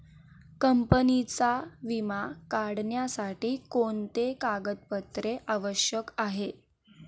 कंपनीचा विमा काढण्यासाठी कोणते कागदपत्रे आवश्यक आहे?